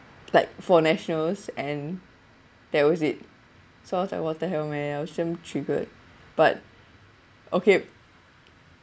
like for nationals and that was it so I was like what's the hell man I was damn triggered but okay